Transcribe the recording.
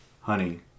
Honey